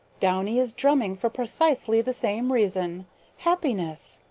downy is drumming for precisely the same reason happiness.